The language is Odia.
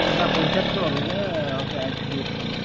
ସେଇଟା ପଞ୍ଚାୟତ ଋଣ ନା ଥ୍ରୋରୁ